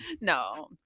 no